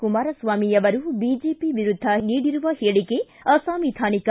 ಕುಮಾರಸ್ವಾಮಿ ಅವರು ಬಿಜೆಪಿ ವಿರುದ್ದ ನೀಡಿರುವ ಹೇಳಿಕೆ ಅಸಂವಿಧಾನಿಕ